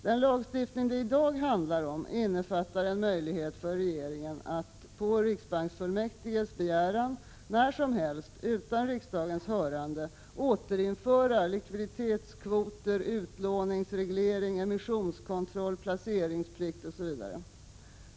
Den lagstiftning det i dag handlar om innefattar en möjlighet för regeringen att — på riksbanksfullmäktiges begäran — när som helst utan riksdagens hörande återinföra likviditetskvoter, utlåningsreglering, emissionskontroll, placeringsplikt etc.